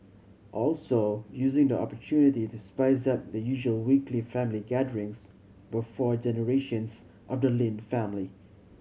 also using the opportunity to spice up the usual weekly family gatherings were four generations of the Lin family